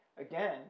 again